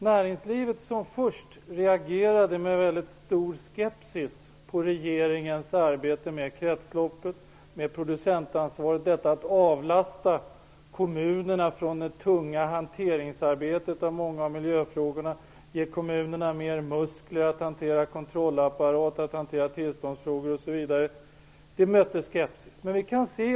Näringslivet reagerade först med väldigt stor skepsis på regeringens arbete med kretsloppet, på produktansvaret och detta att kommunerna skulle avlastas från det tunga hanteringsarbetet och ges mer muskler att hantera kontrollapparat och tillståndsfrågor osv.